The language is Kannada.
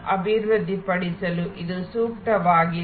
ಅಭಿವೃದ್ಧಿಪಡಿಸಲು ಇದು ಸೂಕ್ತವಾಗಿದೆ